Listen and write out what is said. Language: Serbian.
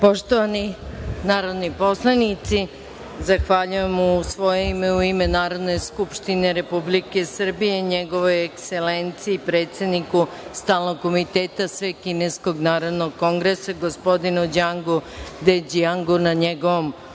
Poštovani narodni poslanici, zahvaljujem u svoje ime i u ime Narodne skupštine Republike Srbije NJegovoj Ekselenciji predsedniku Stalnog komiteta Svekineskog Narodnog kongresa, gospodinu Đangu Deđijangu na njegovom